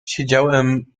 siedziałem